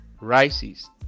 rises